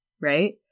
right